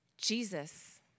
Jesus